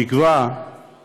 נקבעה